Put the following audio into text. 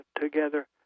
together